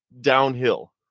downhill